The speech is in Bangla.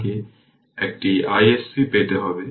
তাই এই এর কারণে নেওয়া হয়েছে